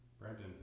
Brandon